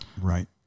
Right